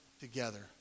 together